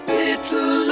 little